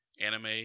anime